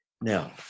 Now